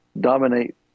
dominate